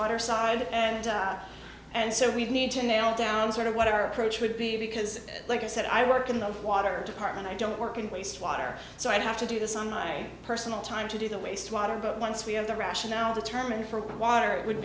water side and and so we need to nail down sort of what our approach would be because like i said i work in the water department i don't work and waste water so i'd have to do this on my personal time to do the wastewater but once we have the rationale determine for water it would